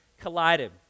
collided